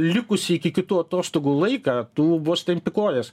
likusį iki kitų atostogų laiką tu vos tempi kojas